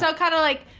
so kind of, like,